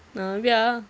ah biar ah